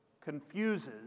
confuses